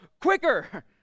quicker